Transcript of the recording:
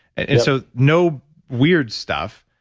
and so, no weird stuff.